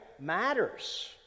matters